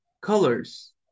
colors